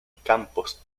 campos